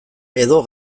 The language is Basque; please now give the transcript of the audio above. edo